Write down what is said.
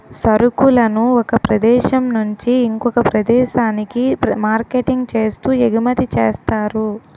సరుకులను ఒక ప్రదేశం నుంచి ఇంకొక ప్రదేశానికి మార్కెటింగ్ చేస్తూ ఎగుమతి చేస్తారు